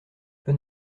peu